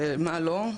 לתפקוד ולמה לא,